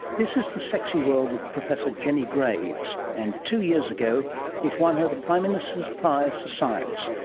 this is the sexy world of professor jenny graves, and two years ago it won her the prime minister's prize for science,